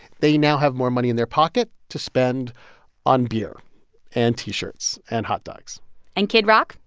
they now have more money in their pocket to spend on beer and t-shirts and hot dogs and kid rock,